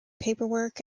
paperwork